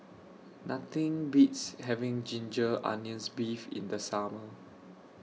Nothing Beats having Ginger Onions Beef in The Summer